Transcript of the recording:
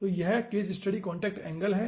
तो case study contact angle है